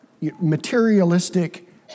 materialistic